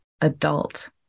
adult